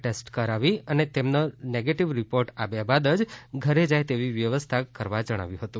test કરાવી અને negative report આવ્યા બાદ જ ઘરે જાય તેવી વ્યવસ્થા કરવા જણાવ્યું હતું